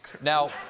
Now